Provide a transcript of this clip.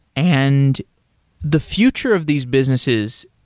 and the future of these businesses